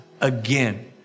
again